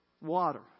water